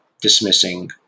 dismissing